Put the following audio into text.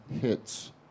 hits